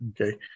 Okay